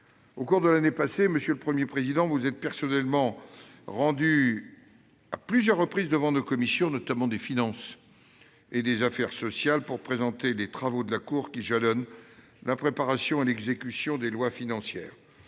Au cours de l'année passée, monsieur le Premier président, vous vous êtes personnellement rendu à plusieurs reprises devant nos commissions des finances et des affaires sociales pour présenter les travaux de la Cour, qui jalonnent la préparation et l'exécution des lois financières.